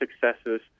successes